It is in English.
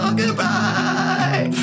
goodbye